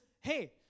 hey—